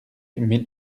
mille